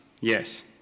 Yes